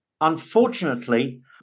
unfortunately